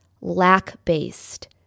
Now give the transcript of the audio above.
lack-based